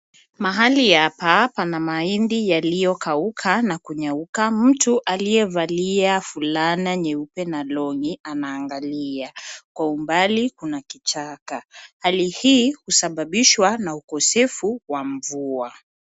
Mahali hapa pana mahindi yaliyokauka na kunyauka. Mtu aliyevalia fulana nyeupe na longi anaangalia. Kwa umbali kuna kichaka. Hali hii husababishwa na ukosefu wa mvua.